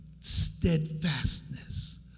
Steadfastness